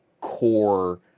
core